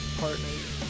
partners